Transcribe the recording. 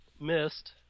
Missed